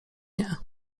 nie